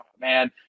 man